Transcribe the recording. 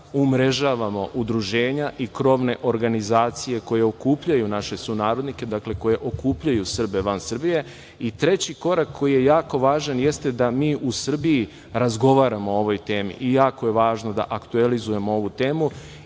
da umrežavamo udruženja i krovne organizacije koje okupljaju naše sunarodnike, dakle, koje okupljaju Srbe van Srbije i teći korak koji je jako važan jeste, da mi u Srbiji razgovaramo o ovoj temi. Jako je važno da aktuelizujemo ovu temu,